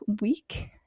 week